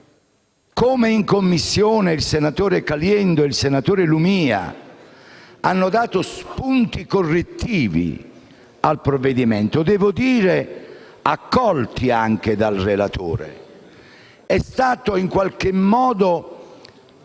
come in Commissione il senatore Caliendo e il relatore Lumia hanno dato spunti correttivi al provvedimento, accolti anche dal relatore Pagliari - è stato in qualche modo